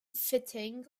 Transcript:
fitting